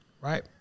Right